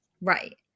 Right